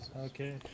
Okay